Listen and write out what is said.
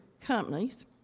companies